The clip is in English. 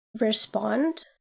respond